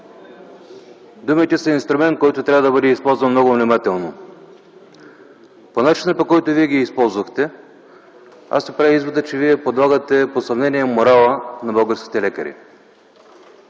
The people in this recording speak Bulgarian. Думите за инструмент, който трябва да бъде използван много внимателно. По начина, по който Вие ги използвате, си правя извода, че Вие подлагате под съмнение морала на българските лекари.